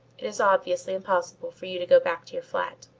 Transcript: it is obviously impossible for you to go back to your flat.